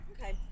Okay